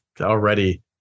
already